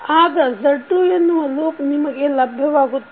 ಆಗ Z2 ಎನ್ನುವ loop ನಿಮಗೆ ಲಭ್ಯವಾಗುತ್ತದೆ